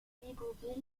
libreville